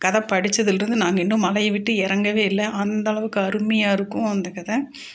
கதை படித்ததுலேருந்து நாங்கள் இன்னும் மலையை விட்டு இறங்கவே இல்லை அந்தளவுக்கு அருமையாக இருக்கும் அந்த கதை